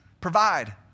Provide